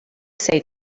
say